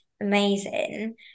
amazing